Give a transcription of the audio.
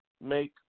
make